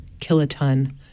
kiloton